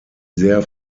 sehr